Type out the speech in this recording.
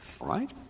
right